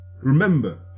remember